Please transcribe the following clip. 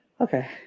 Okay